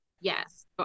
Yes